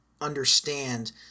understand